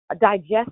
digest